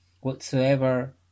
whatsoever